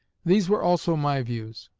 these were also my views.